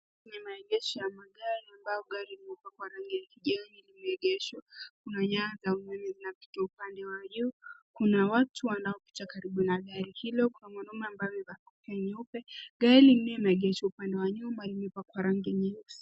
Ni maegesho ya magari ambayo gari limepakwa rangi ya kijani lime egeshwa. Kuna nyaya za umeme zinazopia upande wa juu , kuna watu wanao kuja karibu na gari hilo, kuna mwanaume mwenye kofia nyeupe. Gari lililo egeshwa upande wa nyuma limepakwa rangi ya nyeusi.